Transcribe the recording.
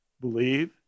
Believe